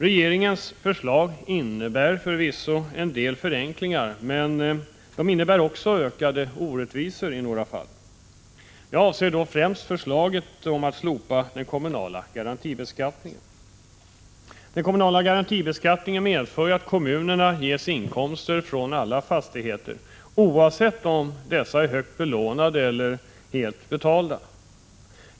Regeringens förslag innebär förvisso en del förenklingar, men de innebär också ökade orättvisor i några fall. Jag avser då främst förslaget om att slopa den kommunala garantibeskattningen. Den kommunala garantibeskattningen medför att kommunerna ges inkomster från alla fastigheter, oavsett om dessa är högt belånade eller helt betalda.